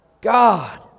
God